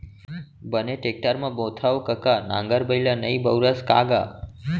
बने टेक्टर म बोथँव कका नांगर बइला नइ बउरस का गा?